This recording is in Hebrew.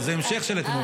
זה המשך של אתמול.